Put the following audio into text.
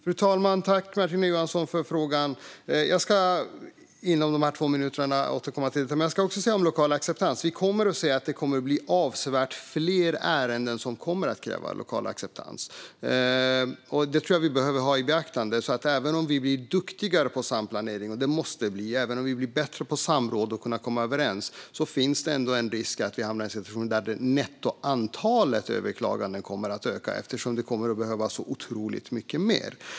Fru talman! Jag tackar Martina Johansson för frågan, som jag ska återkomma till under mina två återstående debattminuter. Först ska jag säga något om lokal acceptans. Det kommer att bli avsevärt fler ärenden som kräver lokal acceptans, och det tror jag att vi behöver ha i beaktande. Även om vi blir duktigare på samplanering, vilket vi måste bli, och även om vi blir bättre på samråd och på att komma överens finns det ändå en risk att vi hamnar i en situation där nettoantalet överklaganden ökar, eftersom det kommer att behövas så otroligt mycket mer.